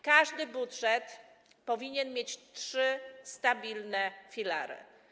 Każdy budżet powinien mieć trzy stabilne filary.